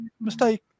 mistake